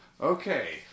Okay